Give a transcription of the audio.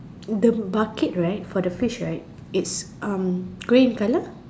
the bucket right for the fish right it's um grey in color